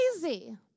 crazy